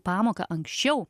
pamoką anksčiau